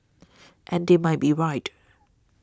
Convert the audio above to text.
and they might be right